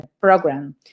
program